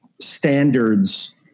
standards